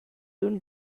soon